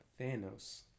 Thanos